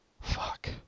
Fuck